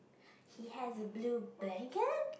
he has a blue blanket